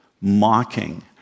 mocking